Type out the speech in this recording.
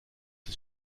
des